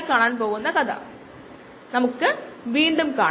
01210mM the inhibitor constant